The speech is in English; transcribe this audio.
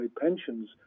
pensions